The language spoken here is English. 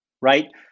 right